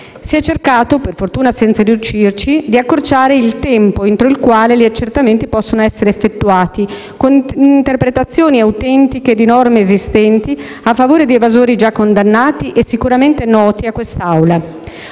si è cercato, per fortuna senza riuscirci, di accorciare il tempo entro il quale gli accertamenti possano essere effettuati, con interpretazioni autentiche di norme esistenti, a favore di evasori già condannati e sicuramente noti a quest'Assemblea.